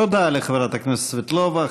תודה לחברת הכנסת סבטלובה.